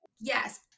Yes